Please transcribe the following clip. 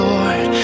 Lord